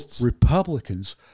Republicans